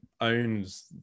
owns